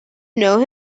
know